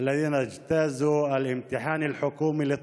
שעברו בהצלחה את המבחן הממשלתי